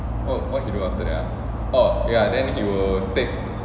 oh what he do after that ah oh ya then he will take